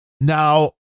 now